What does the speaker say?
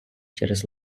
через